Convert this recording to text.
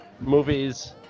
movies